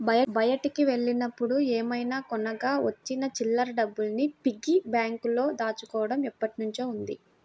బయటికి వెళ్ళినప్పుడు ఏమైనా కొనగా వచ్చిన చిల్లర డబ్బుల్ని పిగ్గీ బ్యాంకులో దాచుకోడం ఎప్పట్నుంచో ఉంది